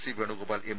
C Venugopal M